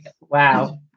Wow